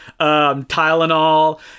Tylenol